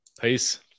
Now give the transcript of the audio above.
Peace